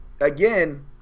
again